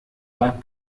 beim